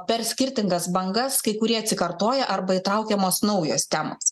per skirtingas bangas kai kurie atsikartoja arba įtraukiamos naujos temos